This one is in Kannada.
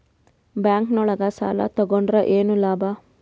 ಬ್ಯಾಂಕ್ ನೊಳಗ ಸಾಲ ತಗೊಂಡ್ರ ಏನು ಲಾಭ?